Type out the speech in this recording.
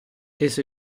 esso